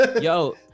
Yo